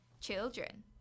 children